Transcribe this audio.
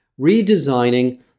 redesigning